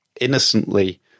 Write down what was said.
innocently